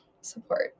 support